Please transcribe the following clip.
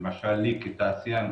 למשל לי כתעשיין,